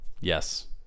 Yes